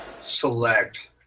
select